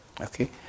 okay